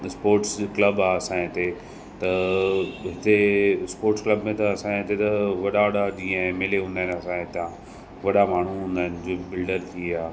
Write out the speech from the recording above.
sports club आ असांजे हिते त हिते स्पोट्स क्लब में त असां हिते त वॾा वॾा जीअं एम एल ए हूंदा आहिनि असांजे हितां वॾा माण्हू हूंदा आहिनि जीअं बिल्डर थी विया